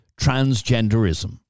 transgenderism